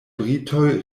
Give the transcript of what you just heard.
britoj